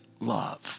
love